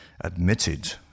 admitted